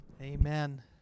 Amen